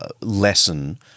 lesson